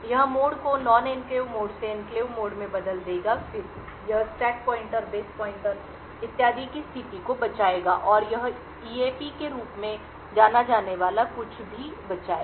यह मोड को non enclave mode से एन्क्लेव मोड में बदल देगा फिर यह स्टैक पॉइंटर बेस पॉइंटर इत्यादि की स्थिति को बचाएगा और यह एईपी AEP के रूप में जाना जाने वाला कुछ भी बचाएगा